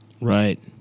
Right